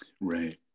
right